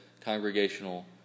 congregational